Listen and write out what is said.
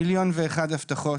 מיליון ואחת הבטחות,